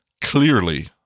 clearly